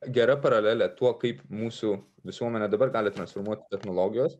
gera paralelė tuo kaip mūsų visuomenę dabar gali transformuot technologijos